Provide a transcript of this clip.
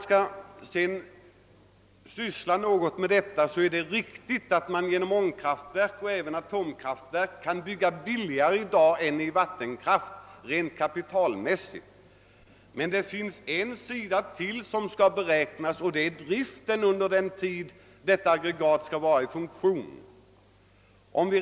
Det är riktigt att man rent kapitalmässigt i dag kan bygga ett ångkraftverk eller ett atomkraftverk billigare än ett vattenkraftverk, men man måste också se på driften under den tid aggregaten skall vara i funktion.